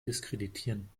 diskreditieren